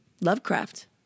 Lovecraft